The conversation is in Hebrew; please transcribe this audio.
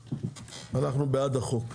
אנחנו בעד החוק,